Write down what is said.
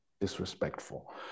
disrespectful